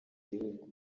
gihugu